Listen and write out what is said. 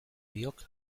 biok